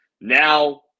Now